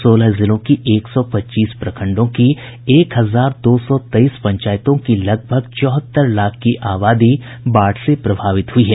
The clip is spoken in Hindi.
सोलह जिलों की एक सौ पच्चीस प्रखंडों की एक हजार दो सौ तेईस पंचायतों की लगभग चौहत्तर लाख से अधिक की आबादी बाढ़ से प्रभावित हुई है